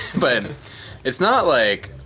but it's not like